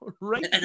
right